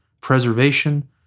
preservation